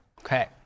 Okay